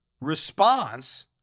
response